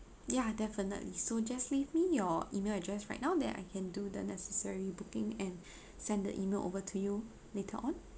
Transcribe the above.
ya definitely so just leave me your email address right now then I can do the necessary booking and send the email over to you later on